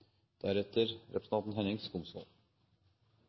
deretter representanten